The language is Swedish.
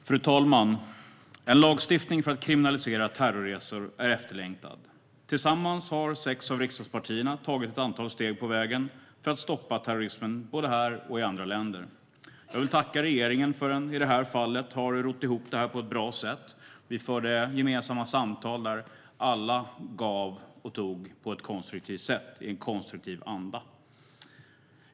Fru talman! En lagstiftning för att kriminalisera terrorresor är efterlängtad. Tillsammans har sex av riksdagspartierna tagit ett antal steg på vägen för att stoppa terrorismen både här och i andra länder. Jag vill tacka regeringen för att den, i det här fallet, har rott detta i hamn på ett bra sätt. Vi förde gemensamma samtal där alla gav och tog i en konstruktiv anda.